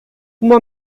uma